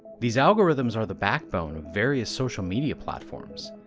these algorithms are the backbone of various social media platforms,